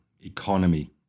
economy